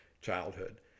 childhood